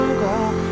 girl